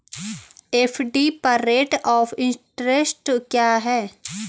FD पर rate of interest क्या है?